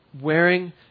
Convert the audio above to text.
wearing